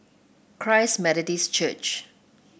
Christ Methodist Church